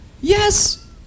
Yes